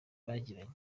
bagiranye